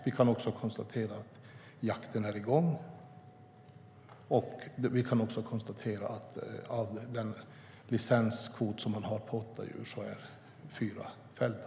Vi kan också konstatera att jakten är i gång, och av licenskvoten på åtta djur är fyra fällda.